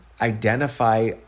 Identify